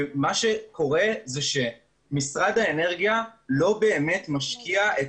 ומה שקורה זה שמשרד האנרגיה לא באמת משקיע את